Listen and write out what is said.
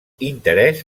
interès